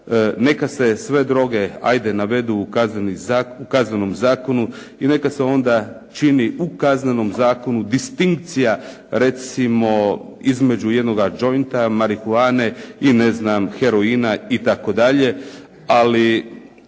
Neka se sve droge navedu u Kaznenom zakonu i neka se onda čini u Kaznenom zakonu distinkcija recimo između jednoga jointa, marihuane, heroina itd. Ali